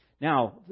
Now